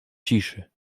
ciszy